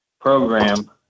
program